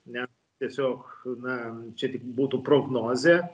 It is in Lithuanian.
ne tiesiog na čia tik būtų prognozė